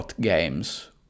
games